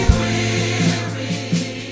weary